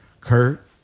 Kurt